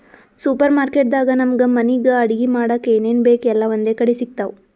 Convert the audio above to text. super market ದಾಗ್ ನಮ್ಗ್ ಮನಿಗ್ ಅಡಗಿ ಮಾಡಕ್ಕ್ ಏನೇನ್ ಬೇಕ್ ಎಲ್ಲಾ ಒಂದೇ ಕಡಿ ಸಿಗ್ತಾವ್